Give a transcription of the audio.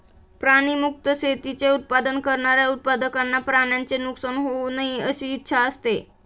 प्राणी मुक्त शेतीचे उत्पादन करणाऱ्या उत्पादकांना प्राण्यांचे नुकसान होऊ नये अशी इच्छा असते